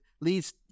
leads